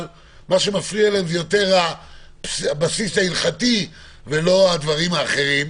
מה שמפריע להם זה יותר הבסיס ההלכתי ולא הדברים האחרים.